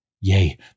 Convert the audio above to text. Yea